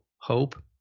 hope